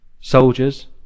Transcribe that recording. soldiers